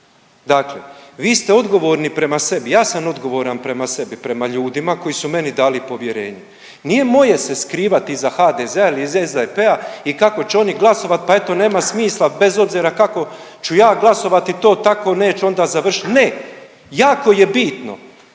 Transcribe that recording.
Dakle, vi ste odgovorni prema sebi. Ja sam odgovoran prema sebi, prema ljudima koji su meni dali povjerenje. Nije moje se skrivati iza HDZ-a ili SDP-a ili kako će oni glasovati, pa eto nema smisla bez obzira kako ću ja glasovati to tako neće onda završiti. Ne. Jako je bitno